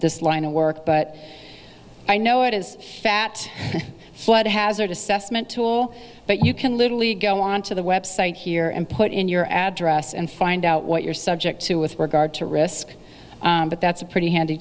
this line of work but i know it is that flood hazard assessment tool but you can literally go on to the website here and put in your address and find out what you're subject to with regard to risk but that's a pretty handy